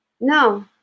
No